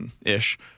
Ish